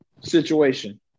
situation